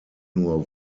nur